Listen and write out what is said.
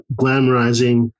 glamorizing